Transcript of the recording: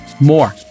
more